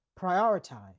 prioritize